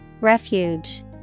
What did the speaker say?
refuge